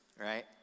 Right